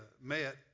met